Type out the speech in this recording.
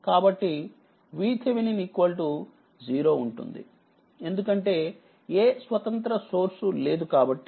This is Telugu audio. కాబట్టి VTh 0 ఉంటుందిఎందుకంటేఏ స్వతంత్ర సోర్స్ లేదుకాబట్టి